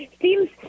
Seems